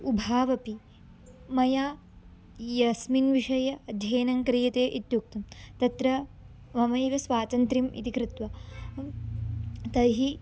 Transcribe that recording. उभावपि मया यस्मिन् विषये अध्ययनं क्रियते इत्युक्तं तत्र ममैव स्वातन्त्र्यम् इति कृत्वा तैः